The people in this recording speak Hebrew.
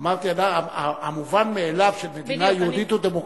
אמרתי: המובן מאליו של מדינה יהודית ודמוקרטית,